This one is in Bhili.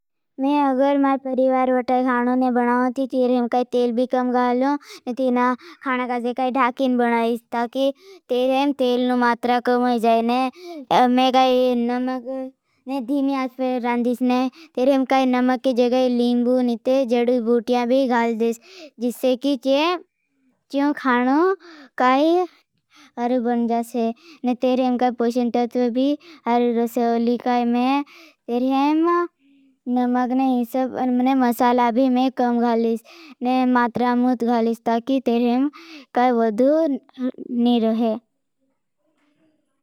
में अगर मारे परिवार वटाई खानों ने बनाओती। तेरेम काई तेल भी कम गालों। ने तेरेम खाना कादे काई धाकिन बनाओती। ताकि तेरेम तेल नु मात्रा कम हो जाए ने। में काई नमग ने धीमी आज पर रान देश ने तेरेम काई नमग के जगाई। लीम्बू ने ते जड़ों बूटियां भी घाल देश। जिससे की चियों खाणों काई। अरु बन जासे ने तेरेम काई पुशिनतत्व भी। अरु रसेओली काई में तेरेम नमग नहीं सब ने मसाला भी में कम गालेश ने मात्रा मुद गालेश। ताकि तेरेम काई वदू नहीं रहे।